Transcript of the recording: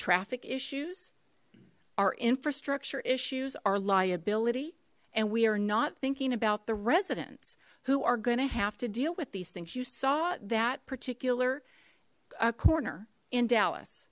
traffic issues our infrastructure issues our liability and we are not thinking about the residents who are gonna have to deal with these things you saw that particular corner in dallas